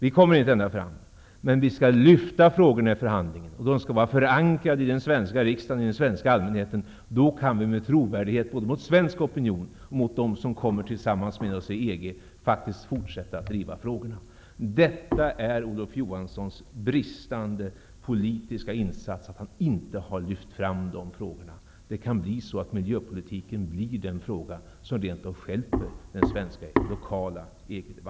Vi kommer inte att nå ända fram. Vi skall emellertid lyfta fram frågorna till förhandling, och de skall vara förankrade i den svenska riksdagen och hos den svenska allmänheten. Då kan vi fortsätta att driva frågorna med trovärdighet inför svensk opinion och inför de andra medlemsländerna. Detta är Olof Johanssons bristande politiska insats, dvs. att inte ha lyft fram dessa frågor. Det kan bli så att miljöpolitiken blir den fråga som rent av stjälper den svenska, lokala